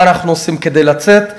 מה אנחנו עושים כדי לצאת.